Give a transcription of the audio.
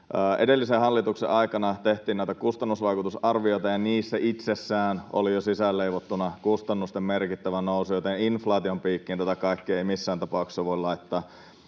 edellisen hallituksen aikana tehtiin näitä kustannusvaikutusarvioita, ja niissä itsessään oli jo sisäänleivottuna kustannusten merkittävä nousu, joten inflaation piikkiin tätä kaikkea ei missään tapauksessa voi laittaa.